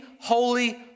holy